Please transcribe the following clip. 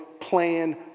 plan